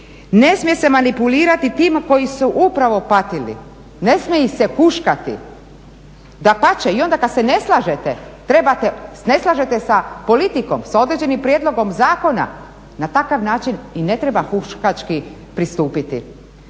Ne smije se manipulirati tima koji su upravo patili, ne smije ih se huškati. Dapače, i onda kad se ne slažete sa politikom, sa određenim prijedlogom zakona na takav način i ne treba huškački pristupiti.